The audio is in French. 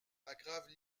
aggravent